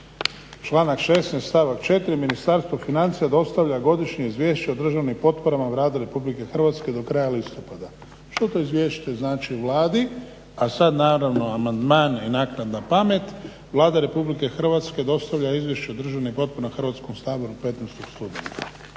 Članak 16. stavak 4. Ministarstvo financija dostavlja godišnje Izvješće o državnim potporama u radu RH do kraja listopada. Što to izvješće znači Vladi, a sad naravno amandmani i naknadna pamet, Vlada Republike Hrvatske dostavlja Izvješće o državnim potporama Hrvatskom saboru 15. studenog.